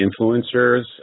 influencers